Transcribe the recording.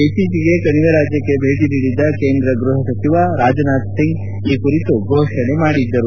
ಇತ್ತೀಚೆಗೆ ಕಣಿವೆ ರಾಜ್ಕಕ್ಷೆ ಭೇಟಿ ನೀಡಿದ್ದ ಕೇಂದ್ರ ಗೃಹ ಸಚಿವ ರಾಜನಾಥ್ ಸಿಂಗ್ ಈ ಕುರಿತು ಘೋಷಣೆ ಮಾಡಿದ್ದರು